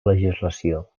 legislació